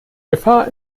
gefahr